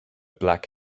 black